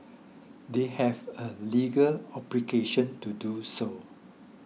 they have a legal obligation to do so